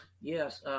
Yes